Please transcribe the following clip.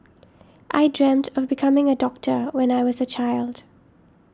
I dreamt of becoming a doctor when I was a child